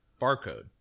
barcode